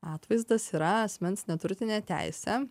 atvaizdas yra asmens neturtinė teisė